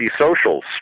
socials